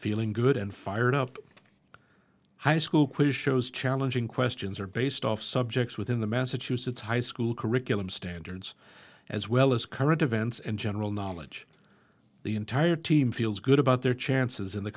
feeling good and fired up high school quiz shows challenging questions are based off subjects within the massachusetts high school curriculum standards as well as current events and general knowledge the entire team feels good about their chances in the